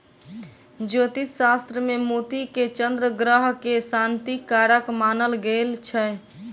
ज्योतिष शास्त्र मे मोती के चन्द्र ग्रह के शांतिक कारक मानल गेल छै